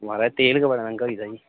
महाराज तेल गै बड़ा मैंह्गा होई गेदा जी